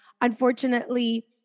unfortunately